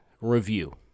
review